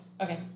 Okay